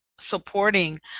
Supporting